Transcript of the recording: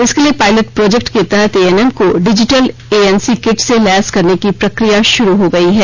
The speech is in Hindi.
इसके लिये पायलट प्रोजेक्ट के तहत एएनएम कॉ डिजिटल एएनसी किट से लैस करने की प्रक्रिया शुरू हो गई है